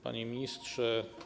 Panie Ministrze!